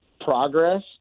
progress